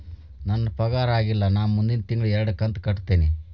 ನನ್ನ ಪಗಾರ ಆಗಿಲ್ಲ ನಾ ಮುಂದಿನ ತಿಂಗಳ ಎರಡು ಕಂತ್ ಕಟ್ಟತೇನಿ